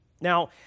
Now